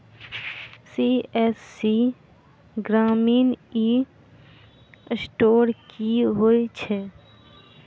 CSC ग्रामीण e store की होइ छै?